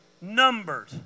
numbered